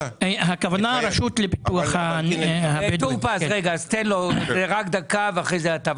טור פז, תן לו רק דקה ואחרי זה אתה.